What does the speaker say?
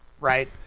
right